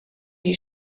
die